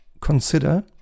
consider